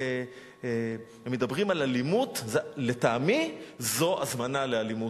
אם מדברים על אלימות, לטעמי זו הזמנה לאלימות.